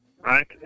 right